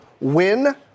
win